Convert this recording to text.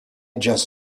just